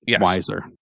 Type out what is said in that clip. wiser